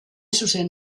zuzen